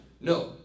No